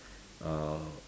err